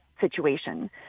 situation